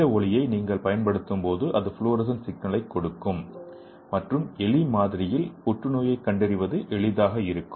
இந்த ஒளியை நீங்கள் பயன்படுத்தும்போது அது ஃப்ளோரசன் சிக்னலைக் கொடுக்கும் மற்றும் எலி மாதிரியில் புற்றுநோயைக் கண்டறிவது எளிதாக இருக்கும்